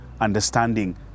understanding